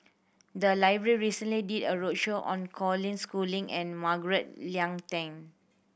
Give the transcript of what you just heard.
the library recently did a roadshow on Colin Schooling and Margaret Leng Tan